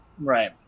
Right